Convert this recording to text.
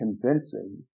convincing